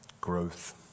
growth